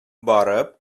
барып